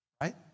right